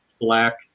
black